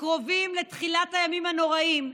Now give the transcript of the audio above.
שקרובים לתחילת הימים הנוראים,